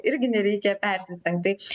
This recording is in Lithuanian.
irgi nereikia persistengt tai